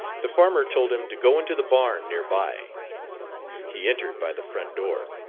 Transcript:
the farmer told him to go into the barn near by he entered by the front door,